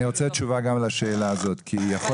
אני רוצה תשובה גם לשאלה הזאת כי יכול